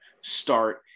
start